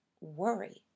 worry